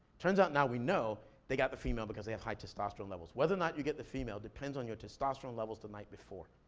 turns out now we know, they got the female because they have high testosterone levels. whether or not you get the female depends on your testosterone levels the night before.